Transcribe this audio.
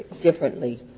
differently